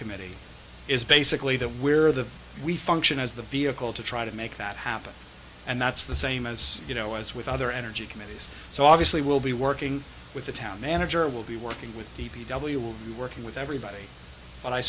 committee is basically that we're the we function as the vehicle to try to make that happen and that's the same as you know as with other energy committees so obviously we'll be working with the town manager will be working with d p w will be working with everybody but i